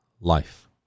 life